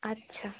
আচ্ছা